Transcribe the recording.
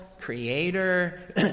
creator